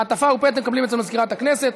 מעטפה ופתק מקבלים אצל מזכירת הכנסת.